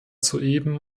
soeben